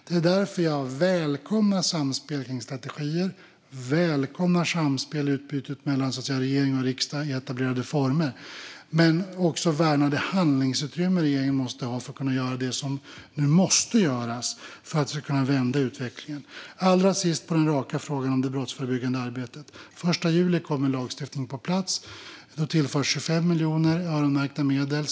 Det är därför jag välkomnar samspel om strategier och välkomnar samspel och utbyte mellan regering och riksdag i etablerade former. Men jag värnar också det handlingsutrymme som regeringen måste ha för att kunna göra det som nu måste göras för att vi ska kunna vända utvecklingen. Allra sist ett svar på den raka frågan om det brottsförebyggande arbetet: Den 1 juli kommer lagstiftningen på plats. Då tillförs 25 miljoner i öronmärkta medel.